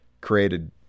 created